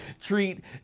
treat